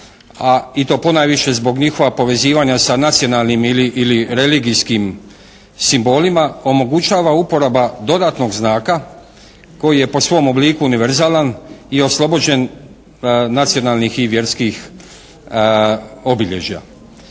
a i to ponajviše zbog njihova povezivanja sa nacionalnim ili religijskim simbolima omogućava uporaba dodatnog znaka koji je po svom obliku univerzalan i oslobođen nacionalnih i vjerskih obilježja.